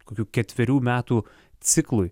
kokių ketverių metų ciklui